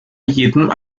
jeden